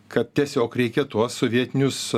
kad tiesiog reikia tuos sovietinius